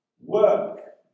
Work